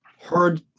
heard